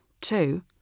Two